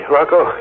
Rocco